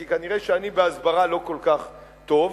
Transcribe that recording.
כי כנראה בהסברה אני לא כל כך טוב.